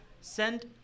send